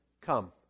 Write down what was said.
come